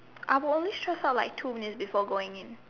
I will only stress out like two minutes before going in